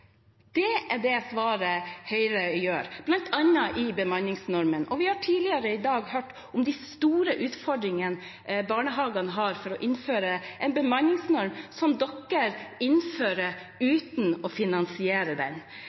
Det er det svaret Høyre gir, bl.a. når det gjelder bemanningsnormen. Vi har tidligere i dag hørt om de store utfordringene barnehagene har med å innføre en bemanningsnorm, som Høyre innfører uten å finansiere den.